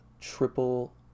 triple